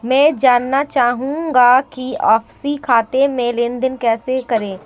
मैं जानना चाहूँगा कि आपसी खाते में लेनदेन कैसे करें?